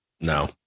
No